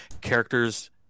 characters